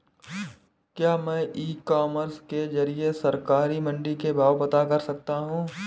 क्या मैं e commerce के ज़रिए सरकारी मंडी के भाव पता कर सकता हूँ?